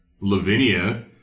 Lavinia